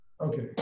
okay